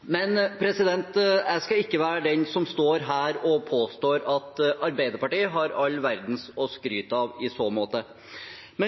Men